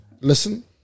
listen